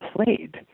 played